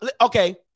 okay